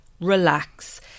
relax